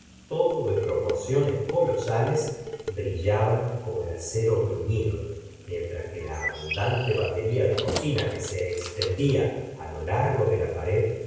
todo de proporciones colosales brillaban como el acero brufildo mientras que la abundante batería de cocina que se extendía lo largo de la pared